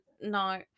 no